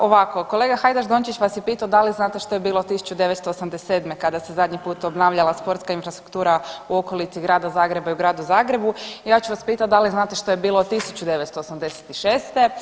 Ovako, kolega Hajdaš Dončić vas je pitao da li znate šta je bilo 1987. kada se zadnji put obnavljala sportska infrastruktura u okolici Grada Zagreba i u gradu Zagrebu, ja ću vas pitati, da li znate što je bilo 1986.